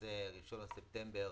כשלמעשה 1 בספטמבר,